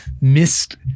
missed